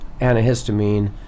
antihistamine